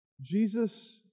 Jesus